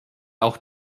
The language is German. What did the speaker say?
auch